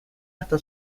hasta